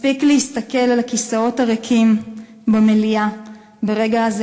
מספיק להסתכל על הכיסאות הריקים במליאה ברגע הזה